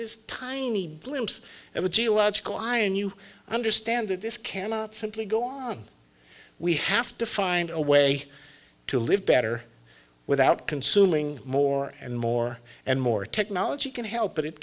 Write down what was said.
this tiny glimpse of a geological eye and you understand that this cannot simply go on we have to find a way to live better without consuming more and more and more technology can help